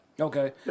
Okay